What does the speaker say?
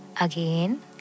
again